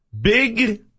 Big